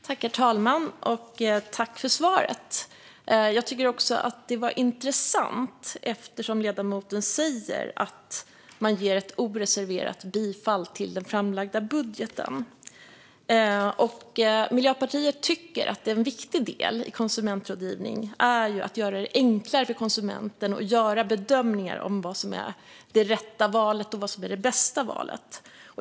Herr talman! Jag tackar för svaret. Jag tycker att det var intressant eftersom ledamoten säger att man ger ett oreserverat bifall till den framlagda budgeten. Miljöpartiet tycker att en viktig del i konsumentrådgivningen är att göra det enklare för konsumenten att göra bedömningar av vad som är det rätta och bästa valet.